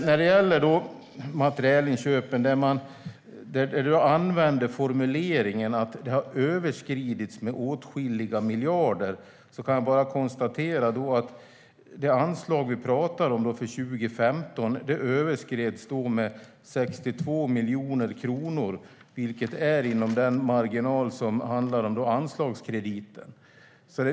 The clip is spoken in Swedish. När det gäller materielinköpen använde du formuleringen att anslaget har överskridits med åtskilliga miljarder, Mats Green. Jag kan bara konstatera att det anslag vi talar om för 2015 överskreds med 62 miljoner kronor, vilket är inom marginalen för anslagskrediten.